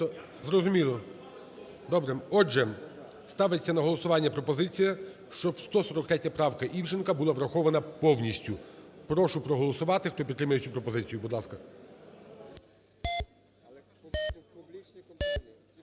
Зрозуміло, добре. Отже, ставиться на голосування пропозиція, щоб 143 правка Івченка була врахована повністю. Прошу проголосувати, хто підтримує цю пропозицію, будь ласка.